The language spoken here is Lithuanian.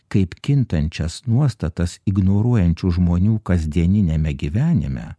kaip kintančias nuostatas ignoruojančių žmonių kasdieniniame gyvenime